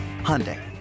Hyundai